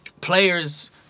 players